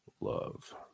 love